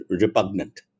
repugnant